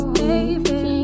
baby